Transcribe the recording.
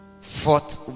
fought